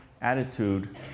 attitude